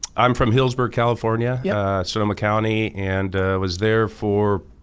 i'm from healdsburg, california, yeah sonoma county and was there for,